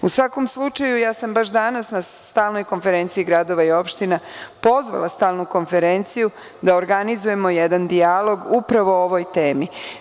U svakom slučaju ja sam baš danas na stalnoj konferenciji gradova i opština pozvala stalnu konferenciju da organizujemo jedan dijalog upravo o ovoj temi.